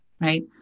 right